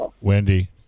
wendy